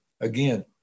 again